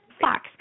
Fox